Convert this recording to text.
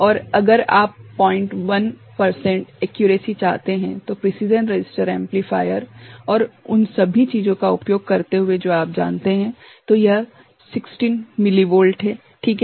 और अगर आप 01 प्रतिशत एक्यूरेसीचाहते हैं तो प्रिसीजन रजिस्टर एम्पलीफायर और उन सभी चीजों का उपयोग करते हुए जो आप जानते हैं तो यह 16 मिलीवोल्ट है ठीक है